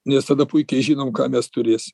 nes tada puikiai žinom ką mes turės